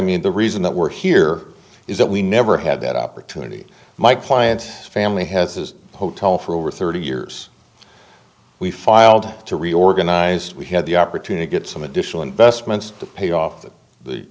mean the reason that we're here is that we never had that opportunity my client family has his hotel for over thirty years we filed to reorganize we had the opportunity get some additional investments to pay off the